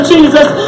Jesus